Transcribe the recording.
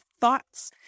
thoughts